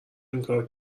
اینکارو